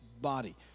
body